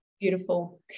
Beautiful